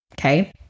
okay